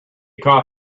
caught